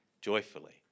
Joyfully